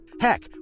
Heck